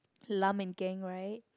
plum and gang right